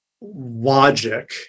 logic